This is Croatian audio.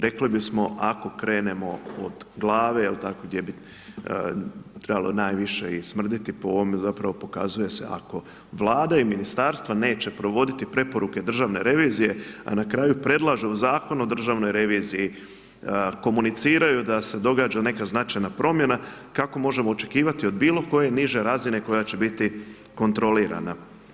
Rekli bismo, ako krenemo od glave, je li, tako gdje bi trebalo najviše i smrditi, po ovome zapravo pokazuje se, ako Vlada i ministarstva neće provoditi preporuke Državne revizije, a na kraju predlažu u Zakonu o državnoj reviziji, komuniciraju da se događa neka značajna promjena, kako možemo očekivati od bilo koje niže razine koja će biti kontrolirana.